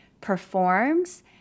performs